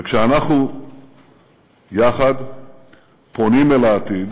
וכשאנחנו יחד פונים אל העתיד,